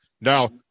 Now